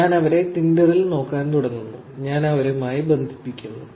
ഞാൻ അവരെ ടിൻഡറിൽ നോക്കാൻ തുടങ്ങുന്നു ഞാൻ അവരുമായി ബന്ധിപ്പിക്കുന്നു